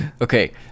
Okay